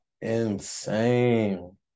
insane